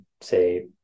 say